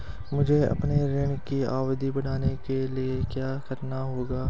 मुझे अपने ऋण की अवधि बढ़वाने के लिए क्या करना होगा?